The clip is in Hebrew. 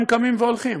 הם קמים והולכים.